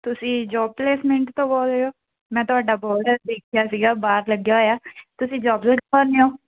ਤੁਸੀਂ job placement ਤੋਂ ਬੋਲ ਰਹੇ ਹੋ ਮੈਂ ਤੁਹਾਡਾ ਬੋਰਡ ਦੇਖਿਆ ਸੀਗਾ ਬਾਹਰ ਲੱਗਿਆ ਹੋਇਆ ਤੁਸੀਂ ਜੋਬਸ ਰਖਵਾਉਂਦੇ ਹੋ